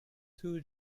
too